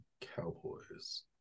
Cowboys